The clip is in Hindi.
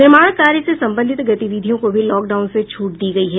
निर्माण कार्य से संबंधित गतिविधियों को भी लॉकडाउन से छूट दी गयी है